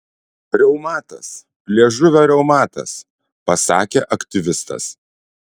reumatas liežuvio reumatas pasakė aktyvistas